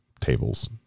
tables